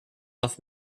off